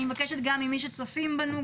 אני מבקשת ממי שצופים בנו,